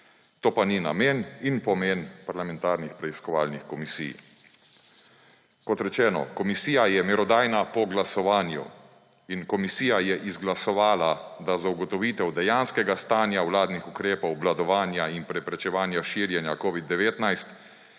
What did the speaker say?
To pa ni namen in pomen parlamentarnih preiskovalnih komisij. Kot rečeno, komisija je merodajna po glasovanju in komisija je izglasovala, da za ugotovitev dejanskega stanja vladnih ukrepov obvladovanja in preprečevanja širjenja COVID-19